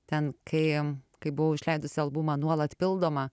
ten kai kai buvau išleidusi albumą nuolat pildoma